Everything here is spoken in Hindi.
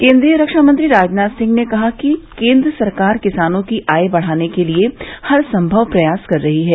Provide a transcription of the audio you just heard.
केन्द्रीय रक्षा मंत्री राजनाथ सिंह ने कहा कि केन्द्र सरकार किसानों की आय बढ़ाने के लिए हरसंभव प्रयास कर रही है